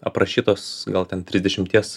aprašytos gal ten trisdešimties